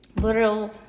little